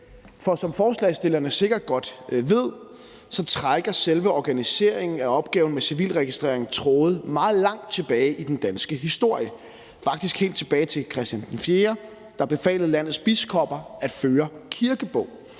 For som forslagsstillerne sikkert godt ved, trækker selve organiseringen af opgaven med civilregistrering tråde meget langt tilbage i den danske historie, faktisk helt tilbage til Christian IV, der befalede landets biskopper at føre kirkebog.